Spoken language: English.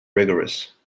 rigorous